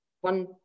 one